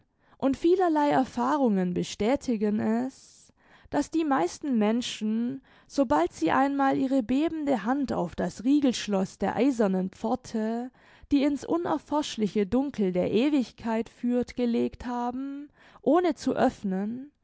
und vielerlei erfahrungen bestätigen es daß die meisten menschen sobald sie einmal ihre bebende hand auf das riegelschloß der eisernen pforte die in's unerforschliche dunkel der ewigkeit führt gelegt haben ohne zu öffnen